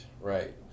right